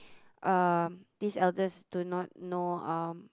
um these elders do not know um